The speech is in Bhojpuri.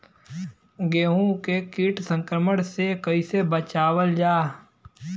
गेहूँ के कीट संक्रमण से कइसे बचावल जा?